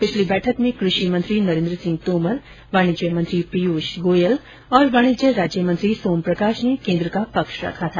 पिछली बैठक में कृषि मंत्री नरेन्द्र सिंह तोमर वाणिज्य मंत्री पीयूष गोयल और वाणिज्य राज्यमंत्री सोम प्रकाश ने केन्द्र का पक्ष रखा था